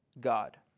God